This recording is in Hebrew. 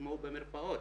כמו במרפאות,